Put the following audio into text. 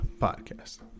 Podcast